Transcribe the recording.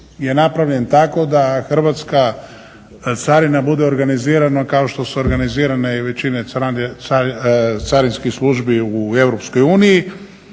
je napravljen tako da hrvatska carina bude organizirana kao što su organizirane i većine carinskih službi u